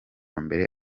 mbere